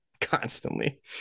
constantly